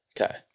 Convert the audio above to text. Okay